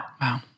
wow